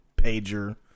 pager